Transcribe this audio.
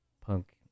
punk